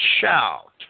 shout